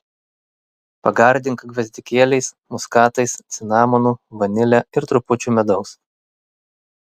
pagardink gvazdikėliais muskatais cinamonu vanile ir trupučiu medaus